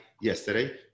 yesterday